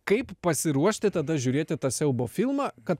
kaip pasiruošti tada žiūrėti tą siaubo filmą kad